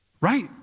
right